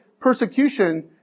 persecution